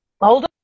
hold